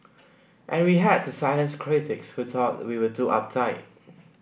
and we had to silence critics who thought we were too uptight